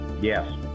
yes